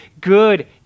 good